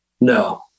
No